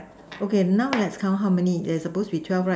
okay now let's count how many is there suppose to be twelve right